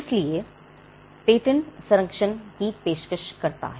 इसलिए पेटेंट संरक्षण की पेशकश करता है